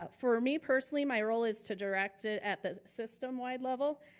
ah for me personally, my role is to direct it at the system wide level,